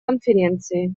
конференции